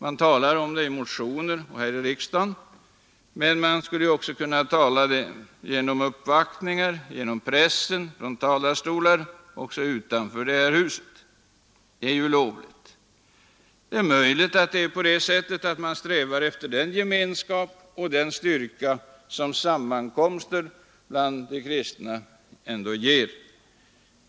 Man talar om det i motioner här i riksdagen, men frågan skulle ju också kunna tas upp genom uppvaktningar, i pressen och från talarstolar även utanför det här huset. Förklaringen är möjligen att man strävar efter den gemenskap och den styrka som personliga sammankomster bland de kristna ändå ger.